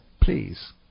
Please